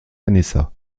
vanessa